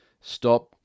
Stop